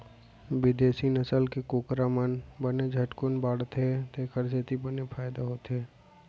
बिदेसी नसल के कुकरा मन बने झटकुन बाढ़थें तेकर सेती बने फायदा होथे